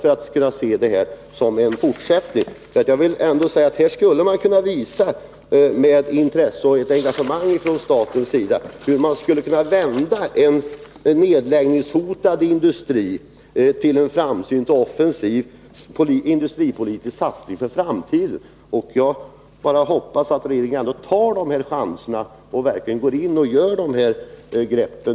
Här skulle staten, om det funnes intresse, kunna visa hur det går till att vända en nedläggningshotad industri och göra en framsynt offensiv industripolitisk satsning för framtiden. Jag hoppas bara att regeringen tar chansen och verkligen vidtar de här åtgärderna.